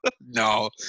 No